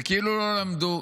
וכאילו לא למדו.